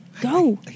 Go